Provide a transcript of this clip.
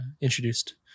introduced